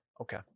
Okay